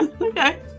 Okay